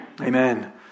Amen